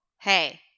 Hey